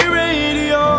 radio